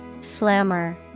Slammer